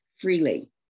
freely